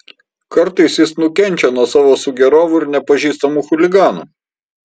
kartais jis nukenčia nuo savo sugėrovų ar nepažįstamų chuliganų